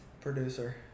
producer